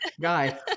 guy